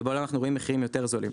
ובעולם אנחנו רואים מחירים יותר זולים.